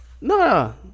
No